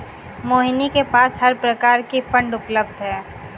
मोहिनी के पास हर प्रकार की फ़ंड उपलब्ध है